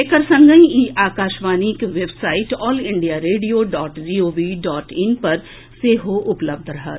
एकर संगहि इ आकाशवाणीक website all India radio dot G O V dot in पर सेहो उपलब्ध रहत